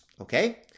okay